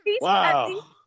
Wow